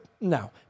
no